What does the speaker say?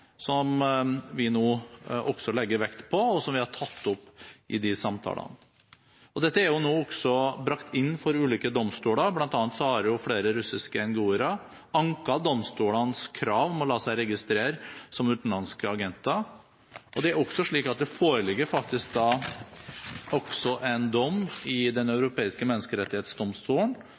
vi har tatt opp i de samtalene. Dette er nå også brakt inn for ulike domstoler. Blant annet har flere russiske NGO-ere anket domstolenes krav om å la seg registrere som utenlandske agenter, og det er også slik at det faktisk foreligger en dom i Den europeiske